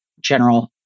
general